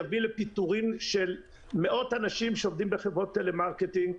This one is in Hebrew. יביא לפיטורין של מאות אנשים שעובדים בחברות טלמרקטינג.